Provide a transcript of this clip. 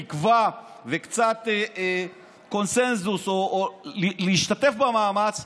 תקווה וקצת קונסנזוס או להשתתף במאמץ,